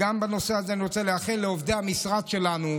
בנושא הזה אני רוצה לאחל זאת גם לעובדי המשרד שלנו,